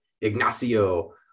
Ignacio